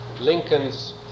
Lincoln's